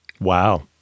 wow